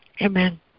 Amen